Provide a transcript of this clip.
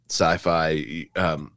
sci-fi